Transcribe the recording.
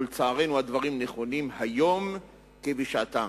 ולצערנו הדברים נכונים היום כבשעתם.